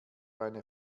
eine